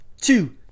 two